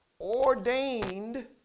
ordained